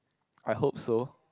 I hope so